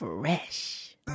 Fresh